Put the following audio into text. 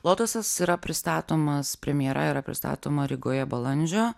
lotusas yra pristatomas premjera yra pristatoma rygoje balandžio